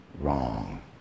wrong